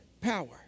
Power